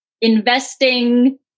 investing